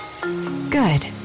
Good